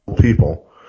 people